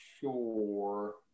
sure